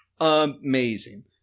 amazing